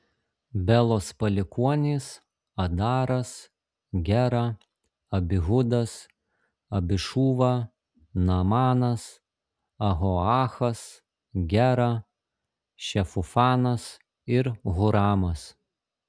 belos palikuonys adaras gera abihudas abišūva naamanas ahoachas gera šefufanas ir huramas